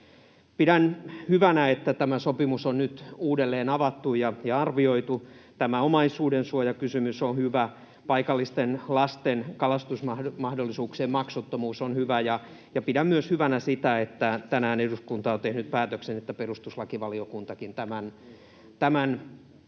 Pidän hyvänä, että tämä sopimus on nyt uudelleen avattu ja arvioitu. Tämä omaisuudensuojakysymys on hyvä, paikallisten lasten kalastusmahdollisuuksien maksuttomuus on hyvä, ja pidän hyvänä myös sitä, että tänään eduskunta on tehnyt päätöksen, että perustuslakivaliokuntakin puheenjohtaja